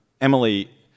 Emily